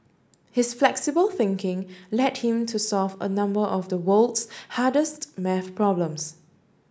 his flexible thinking led him to solve a number of the world's hardest maths problems